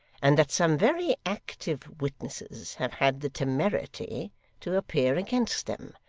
and that some very active witnesses have had the temerity to appear against them.